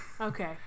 Okay